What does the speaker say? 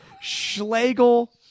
Schlegel